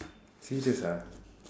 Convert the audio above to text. serious ah